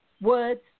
words